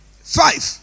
Five